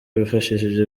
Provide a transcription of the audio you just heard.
bifashishije